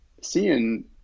seeing